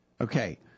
okay